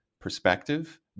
perspective